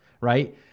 right